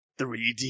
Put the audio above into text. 3d